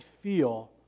feel